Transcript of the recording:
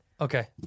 Okay